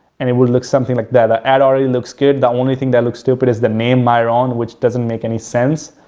and it will look something like that. ah ad already looks good, the only thing that looks stupid is the name myron, which doesn't make any sense.